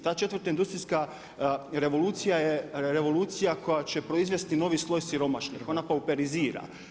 Ta 4. industrijska revolucija je revolucija koja će proizvesti novi sloj siromašnih, ona pooperizira.